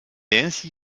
ainsi